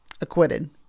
Acquitted